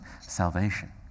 salvation